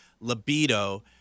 libido